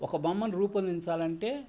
ఒక బొమ్మను రూపొందించాలంటే